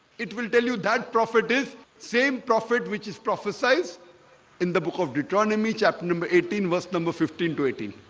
it will tell you that profit is same profit which is prophesized in the book of deuteronomy chapter number eighteen verse number fifteen to eighteen